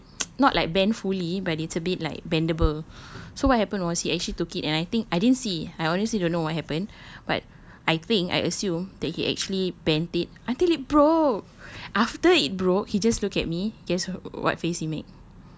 like it's a bit not like bend fully but it's a bit like bendable so what happened was he actually took it and I think I didn't see I honestly don't know what happened but I think I assume that he actually bend it until it broke after it broke he just looked at me guess what face he made